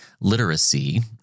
literacy